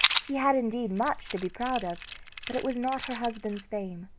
she had indeed much to be proud of but it was not her husband's fame,